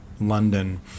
London